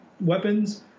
weapons